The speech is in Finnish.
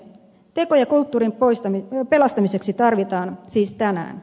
tekoja kulttuurin pelastamiseksi tarvitaan siis tänään